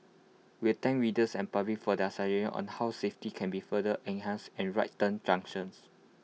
we thank readers and public for their on how safety can be further enhanced at right turn junctions